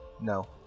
No